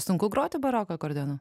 sunku groti baroką akordeonu